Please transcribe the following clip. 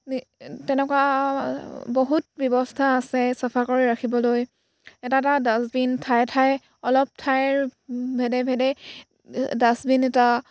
নি তেনেকুৱা বহুত ব্যৱস্থা আছে চাফা কৰি ৰাখিবলৈ এটা এটা ডাষ্টবিন ঠায়ে ঠায়ে অলপ ঠাইৰ ভেদে ভেদে ডাষ্টবিন এটা